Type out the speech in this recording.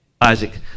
Isaac